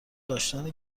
داشتن